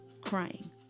crying